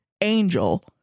Angel